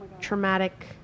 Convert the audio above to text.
traumatic